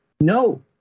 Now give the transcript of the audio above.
No